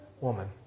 woman